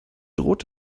droht